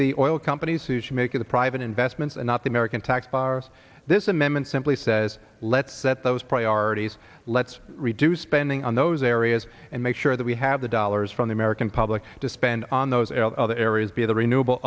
the oil companies who should make the private investments and not the american taxpayer this amendment simply says let's let those priorities let's reduce spending on those areas and make sure that we have the dollars from the american public to spend on those other areas be the renewable